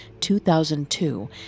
2002